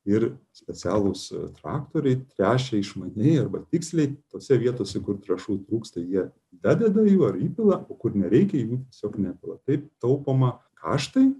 ir specialūs traktoriai tręšia išmaniai arba tiksliai tose vietose kur trąšų trūksta jie dadeda jų ar įpila kur nereikia jų tiesiog nepila taip taupoma kaštai